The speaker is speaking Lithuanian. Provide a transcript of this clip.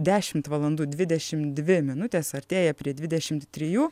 dešimt valandų dvidešimt dvi minutės artėja prie dvidešimt trijų